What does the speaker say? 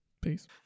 peace